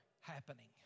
happening